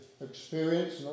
experience